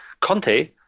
Conte